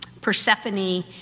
Persephone